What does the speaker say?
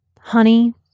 honey